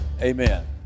Amen